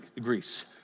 Greece